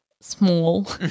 small